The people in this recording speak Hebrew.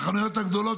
החנויות הגדולות,